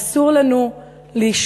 אסור לנו להשגות